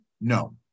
no